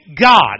God